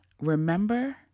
remember